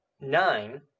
nine